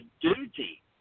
duty